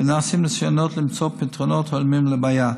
ונעשים ניסיונות למצוא פתרונות הולמים לבעיה.